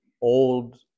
old